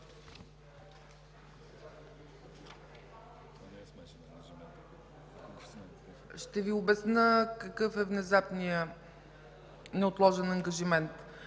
Ще Ви обясня какъв е внезапният неотложен ангажимент.